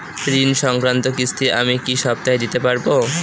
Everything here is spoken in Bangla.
ঋণ সংক্রান্ত কিস্তি আমি কি সপ্তাহে দিতে পারবো?